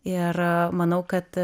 ir manau kad